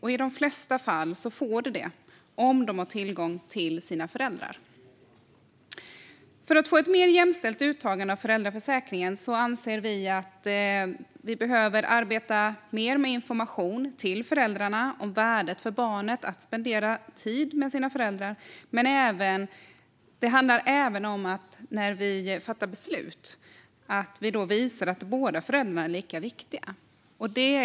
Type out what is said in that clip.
I de flesta fall får de det, om de har tillgång till sina föräldrar. För att få ett mer jämställt uttag av föräldraförsäkringen anser vi att vi behöver arbeta mer med information till föräldrarna om värdet för barnet att spendera tid med sina föräldrar. Men det handlar även om att vi när vi fattar beslut visar att båda föräldrarna är lika viktiga.